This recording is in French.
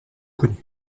connus